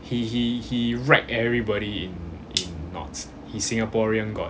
he he he wreck everybody in in marks he singaporean god